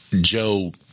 Joe